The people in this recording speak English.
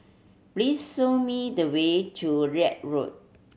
please show me the way to Larut Road